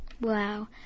Wow